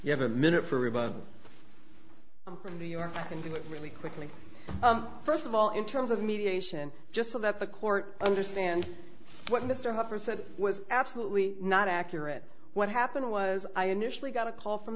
you have a minute for revival from new york and with really quickly first of all in terms of mediation just so that the court understand what mr hopper said was absolutely not accurate what happened was i initially got a call from